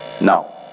Now